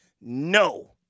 No